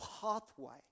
pathway